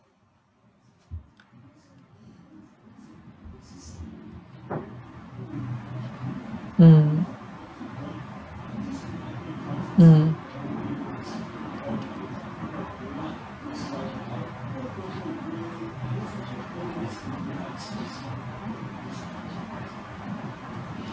mm mm